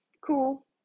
Cool